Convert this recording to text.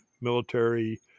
military